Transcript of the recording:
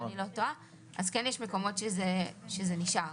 אז כן יש מקומות שזה נשאר.